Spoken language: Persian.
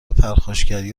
پرخاشگری